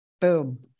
Boom